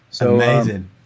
Amazing